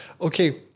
Okay